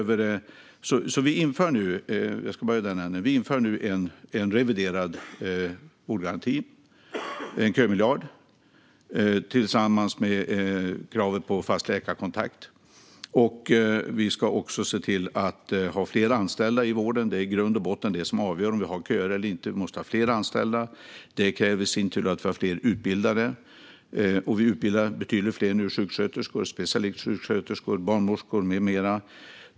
Vi inför nu en reviderad kömiljard tillsammans med kravet på fast läkarkontakt. Vi ska också se till att ha fler anställda i vården. Det är i grund och botten det som avgör om vi har köer eller inte. Vi måste ha fler anställda. Det kräver i sin tur att vi har fler utbildade. Vi utbildar nu betydligt fler sjuksköterskor, specialistsjuksköterskor, barnmorskor med mera.